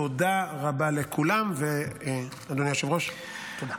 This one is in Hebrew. תודה רבה לכולם, ואדוני היושב-ראש, תודה.